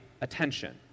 attention